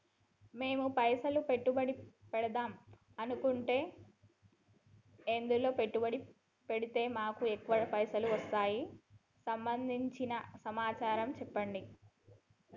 మేము పైసలు పెట్టుబడి పెడదాం అనుకుంటే ఎందులో పెట్టుబడి పెడితే మాకు ఎక్కువ పైసలు వస్తాయి సంబంధించిన సమాచారం చెప్పండి?